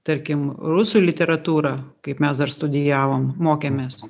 tarkim rusų literatūrą kaip mes dar studijavom mokėmės